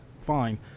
Fine